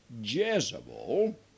Jezebel